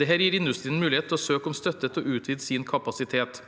Dette gir industrien muligheten til å søke om støtte til å utvide sin kapasitet.